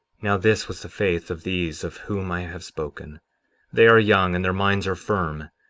now this was the faith of these of whom i have spoken they are young, and their minds are firm,